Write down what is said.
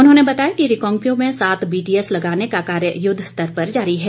उन्होंने बताया कि रिकांगपिओ में सात बीटीएस लगाने का कार्य युद्ध स्तर पर जारी है